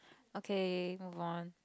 okay move on